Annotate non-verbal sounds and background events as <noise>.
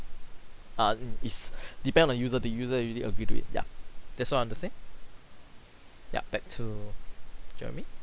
err n~ is <laughs> depend on user the user usually agree to it yeah that's all I want to say yep back to jeremy